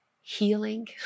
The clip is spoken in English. healing